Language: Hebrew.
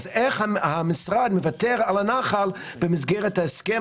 איך המשרד מוותר על הנחל במסגרת ההסכם?